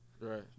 Right